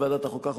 מטעם ועדת החוקה,